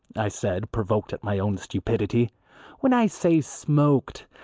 i said provoked at my own stupidity when i say smoked,